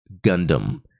Gundam